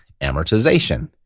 amortization